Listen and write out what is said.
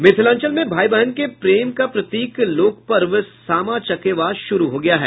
मिथिलांचल में भाई बहन के प्रेम का प्रतीक लोक पर्व सामाचकेवा शुरू हो गया है